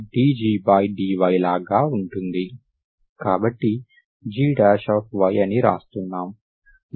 కాబట్టి gy అని రాస్తున్నాం